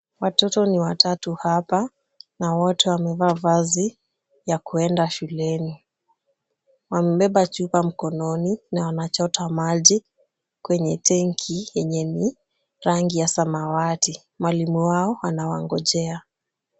Watoto ni watatu hapa na wote wamevaa vazi ya kuenda shuleni. Wamebeba chupa mkononi na wanachota maji, kwenye tenki yenye ni rangi ya samawati, mwalimu wao anawangojea.